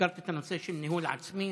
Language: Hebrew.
הזכרת את הנושא של ניהול עצמי.